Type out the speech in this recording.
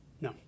No